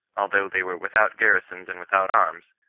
although they were without garrisons and without arms,